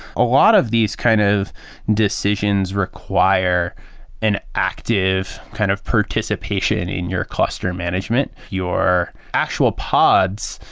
a lot of these kind of decisions require an active kind of participation in your cluster management. your actual pods,